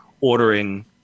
ordering